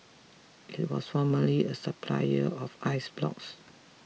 it was formerly a supplier of ice blocks